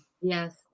Yes